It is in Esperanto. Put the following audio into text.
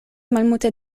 malmulte